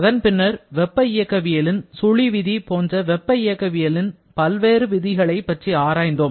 அதன் பின்னர் வெப்ப இயக்கவியலின் சுழி விதி போன்ற வெப்ப இயக்கவியலின் பல்வேறு விதிகளை பற்றி ஆராய்ந்தோம்